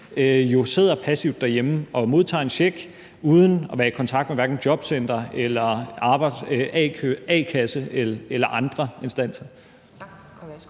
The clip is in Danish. sidder passivt derhjemme og modtager en check uden at være i kontakt med hverken jobcenter, a-kasse eller andre instanser?